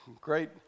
great